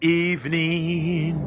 evening